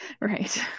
Right